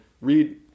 read